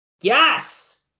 Yes